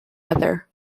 other